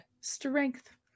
Strength